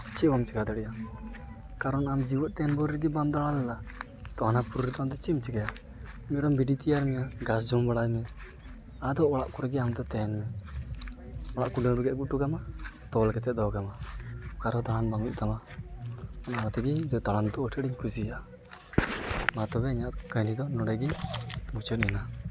ᱪᱮᱫ ᱦᱚᱸ ᱵᱟᱢ ᱪᱮᱠᱟ ᱫᱟᱲᱮᱜᱼᱟ ᱠᱟᱨᱚᱱ ᱟᱢ ᱡᱤᱭᱮᱫ ᱛᱟᱦᱮᱱ ᱵᱷᱳᱨ ᱨᱮᱜᱮ ᱵᱟᱢ ᱫᱟᱲᱟ ᱞᱮᱫᱟ ᱛᱚ ᱦᱟᱱᱟᱯᱩᱨᱤ ᱨᱮᱫᱚ ᱟᱢᱫᱚ ᱪᱮᱫ ᱮᱢ ᱪᱮᱞᱟᱭᱟ ᱢᱮᱨᱚᱢ ᱵᱷᱤᱰᱤᱭ ᱛᱮᱭᱟᱨ ᱢᱮᱭᱟ ᱜᱷᱟᱥ ᱡᱚᱢ ᱵᱟᱲᱟᱭ ᱢᱮ ᱟᱫᱚ ᱚᱲᱟᱜ ᱠᱚᱨᱮ ᱜᱮ ᱟᱢᱫᱚ ᱛᱟᱦᱮᱱ ᱢᱮ ᱚᱲᱟᱜ ᱠᱩᱰᱟᱹᱢ ᱨᱮᱜᱮ ᱟᱹᱜᱩ ᱚᱴᱚ ᱠᱟᱢᱟ ᱛᱚᱞ ᱠᱟᱛᱮ ᱫᱚᱦᱚ ᱠᱟᱢᱟ ᱚᱠᱟ ᱨᱮᱦᱚᱸ ᱫᱟᱲᱟᱱ ᱵᱟᱝ ᱦᱩᱭᱩᱜ ᱛᱟᱢᱟ ᱚᱱᱟ ᱠᱷᱟᱹᱛᱤᱨ ᱤᱧ ᱫᱟᱲᱟᱱ ᱫᱚ ᱟᱹᱰᱤ ᱟᱸᱴᱤᱧ ᱠᱩᱥᱤᱭᱟᱜᱼᱟ ᱢᱟ ᱛᱚᱵᱮ ᱤᱧᱟᱹᱜ ᱠᱟᱹᱦᱚᱱᱤ ᱫᱚ ᱱᱚᱸᱰᱮᱜᱮ ᱢᱩᱪᱟᱹᱫ ᱮᱱᱟ